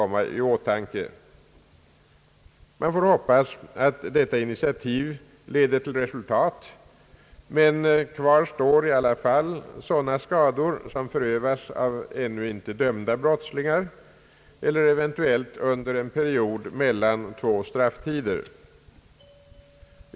Man får hoppas, att detta initiativ 1eder till resultat, men kvar står i alla fall sådana skador, som åsamkas av ännu inte dömda brottslingar eller eventuellt under en period mellan två strafftider.